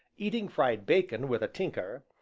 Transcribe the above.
eating fried bacon with a tinker,